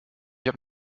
habe